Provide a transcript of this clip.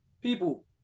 people